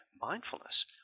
Mindfulness